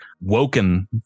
woken